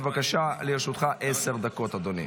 בבקשה, לרשותך עשר דקות, אדוני.